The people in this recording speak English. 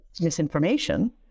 misinformation